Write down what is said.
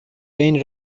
بین